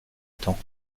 temps